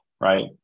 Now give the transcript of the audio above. right